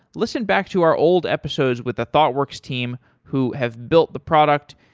listen back to our old episodes with the thoughtworks team who have built the product.